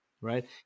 Right